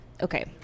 okay